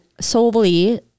solely